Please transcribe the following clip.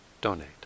donate